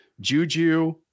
Juju